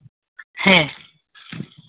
ᱦᱮᱸ